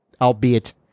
albeit